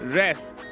rest